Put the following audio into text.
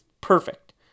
perfect